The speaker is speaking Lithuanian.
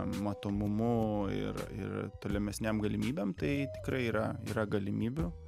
matomumu ir ir tolimesniam galimybėm tai tikrai yra yra galimybių